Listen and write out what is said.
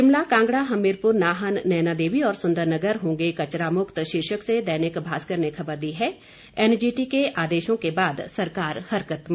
शिमला कांगड़ा हमीरपुर नाहन नयनादेवी और सुन्दरनगर होंगे कचरा मुक्त शीर्षक से दैनिक भास्कर ने खबर दी है एनजीटी के आदेशों के बाद सरकार हरकत में